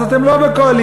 אז אתם לא בקואליציה.